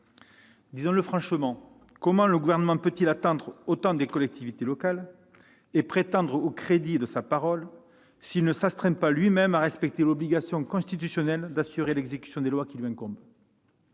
Disons-le franchement, comment le Gouvernement peut-il attendre autant des collectivités territoriales et prétendre au crédit de sa parole, s'il ne s'astreint pas à respecter l'obligation constitutionnelle d'assurer l'exécution des lois qui lui incombe ?